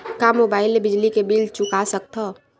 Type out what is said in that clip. का मुबाइल ले बिजली के बिल चुका सकथव?